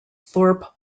thorpe